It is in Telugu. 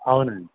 అవునండి